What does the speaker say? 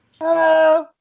Hello